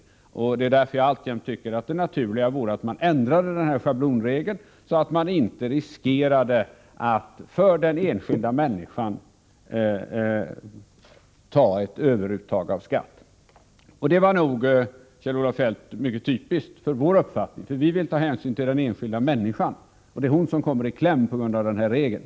| Tisdagen den Jag tycker alltjämt att det naturliga vore att man ändrade schablonregeln, 9 april 1985 så att den enskilda människan inte riskerar att råka ut för ett överuttag av Detta är nog - Kjell-Olof Feldt — mycket typiskt för vår uppfattning. Vi vill löntagare med B nämligen ta hänsyn till den enskilda människan. Det är hon som kommer i skatt kläm på grund av den här regeln.